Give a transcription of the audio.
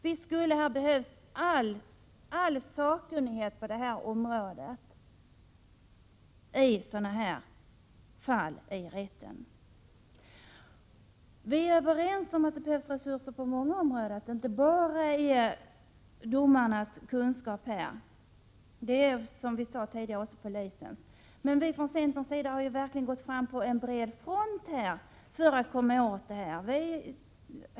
Visst skulle det i sådana här fall ha behövts all sakkunskap på detta område i rätten. Vi är överens om att det behövs resurser på många områden, att det inte bara är domarnas kunskap det gäller. Som vi sade tidigare gäller det också polisens kunskap. Men vi från centerpartiets sida har ju här verkligen gått fram på bred front för att komma åt dessa miljöbrott.